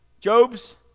Job's